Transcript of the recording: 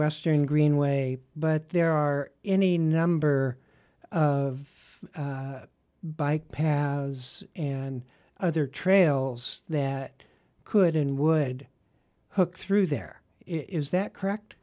western greenway but there are any number of bike paths and other trails that could and would hook through there is that correct